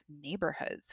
neighborhoods